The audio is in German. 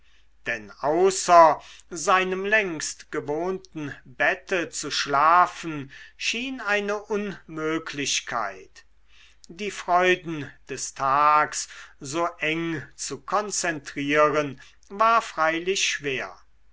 denn außer seinem längst gewohnten bette zu schlafen schien eine unmöglichkeit die freuden des tags so eng zu konzentrieren war freilich schwer